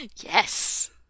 Yes